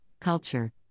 culture